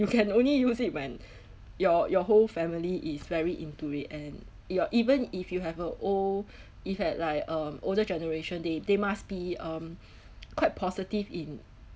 you can only use it when your your whole family is very into it and your even if you have a old if had like um older generation they they must be um quite positive in